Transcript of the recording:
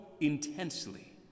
intensely